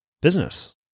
business